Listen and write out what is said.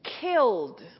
killed